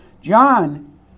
John